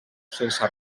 sense